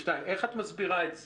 איך את מסבירה את זה?